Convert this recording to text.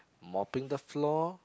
mopping the floor